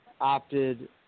opted